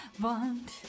want